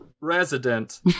resident